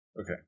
Okay